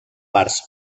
parts